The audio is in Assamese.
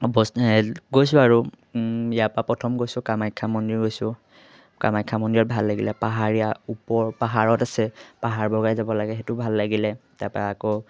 গৈছোঁ আৰু ইয়াৰপৰা প্ৰথম গৈছোঁ কামাখ্যা মন্দিৰ গৈছোঁ কামাখ্যা মন্দিৰত ভাল লাগিলে পাহাৰীয়া ওপৰ পাহাৰত আছে পাহাৰ বগাই যাব লাগে সেইটো ভাল লাগিলে তাৰপৰা আকৌ